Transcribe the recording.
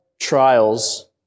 trials